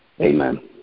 Amen